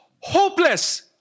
Hopeless